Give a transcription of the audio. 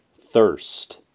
Thirst